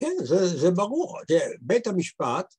‫כן, זה ברור, בית המשפט